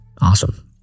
Awesome